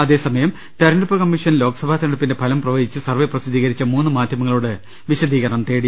അതേസമയം തെരഞ്ഞെടുപ്പ് കമ്മീഷൻ ലോക്സഭാ തെരഞ്ഞെടുപ്പിന്റെ ഫലം പ്രവചിച്ച് സർവ്വേ പ്രസിദ്ധീ കരിച്ചു മുന്ന് മാധ്യമങ്ങളോട് വിശദീകരണം തേടി